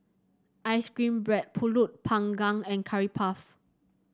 ice cream bread pulut panggang and Curry Puff